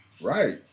Right